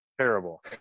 Terrible